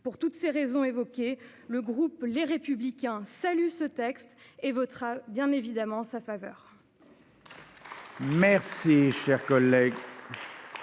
Pour toutes ces raisons, le groupe Les Républicains salue ce texte et votera bien évidemment en sa faveur.